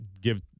give